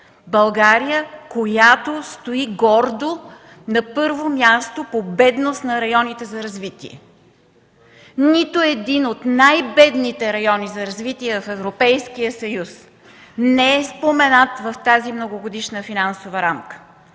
България, която стои гордо на първо място по бедност в районите за развитие?! Нито един от най-бедните райони за развитие в Европейския съюз не е споменат в тази Многогодишна финансова рамка.